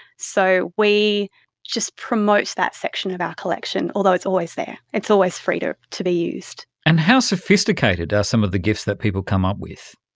so we just promote that section of our collection, although it's always there, it's always free to to be used. and how sophisticated are some of the gifs that people come up with?